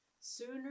Sooner